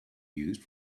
used